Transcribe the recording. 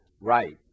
Right